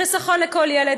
חיסכון לכל ילד,